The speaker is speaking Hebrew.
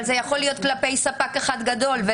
אבל זה יכול להיות כלפי ספק אחד גדול.